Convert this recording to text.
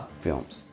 films